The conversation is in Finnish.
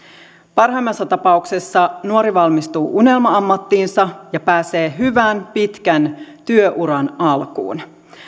parhaimmassa tapauksessa nuori valmistuu unelma ammattiinsa ja pääsee hyvän pitkän työuran alkuun